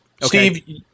Steve